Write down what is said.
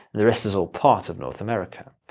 the rest is all part of north america.